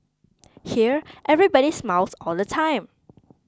here everybody smiles all the time